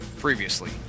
Previously